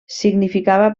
significava